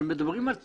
מדברים על תיירות,